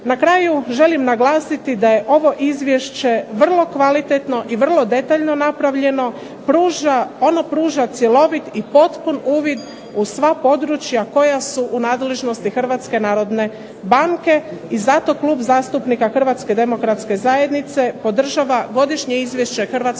Na kraju želim naglasiti da je ovo izvješće vrlo kvalitetno i vrlo detaljno napravljeno, ono pruža cjelovit i potpun uvid u sva područja koja su u nadležnosti Hrvatske narodne banke, i zato Klub zastupnika Hrvatske demokratske zajednice podržava Godišnje izvješće Hrvatske narodne banke